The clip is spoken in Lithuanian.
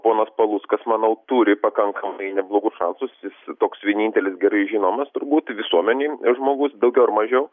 ponas paluckas manau turi pakankamai neblogus šansus jis toks vienintelis gerai žinomas turbūt visuomenėj žmogus daugiau ar mažiau